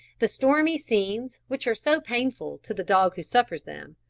the stormy scenes which are so painful to the dog who suffers them,